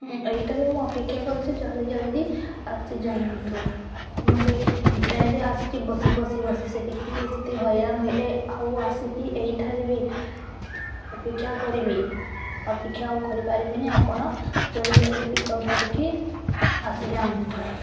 ମୁଁ ଏଇଠାରେ ମୁଁ ଅପେକ୍ଷା କରିଛି ଜଲ୍ଦି ଜଲ୍ଦି ଆସିଯାଆନ୍ତୁ ମୁଁ ସେଇ ଟ୍ରେନ୍ରେ ଆସିଛି ବସି ବସି ବସି ସେଇଥିରେ ଏତେ ହଇରାଣ ହୁଏ ଆଉ ଆସିକି ଏହିଠାରେ ବି ଅପେକ୍ଷା କରିବି ଅପେକ୍ଷା ଆଉ କରିପାରିବିନି ଆପଣ ଜଲ୍ଦି ଜଲ୍ଦି ପିକ୍ ଅପ୍ ଧରିକି ଆସିଯାଆନ୍ତୁ